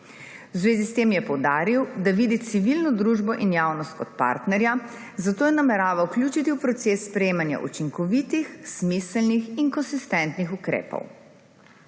V zvezi s tem je poudaril, da vidi civilno družbo in javnost kot partnerja, zato ju namerava vključiti v proces sprejemanja učinkovitih, smiselnih in konsistentnih ukrepov.